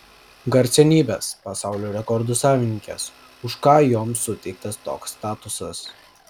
garsenybės pasaulio rekordų savininkės už ką joms suteiktas toks statusas